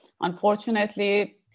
unfortunately